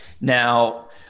Now